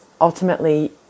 ultimately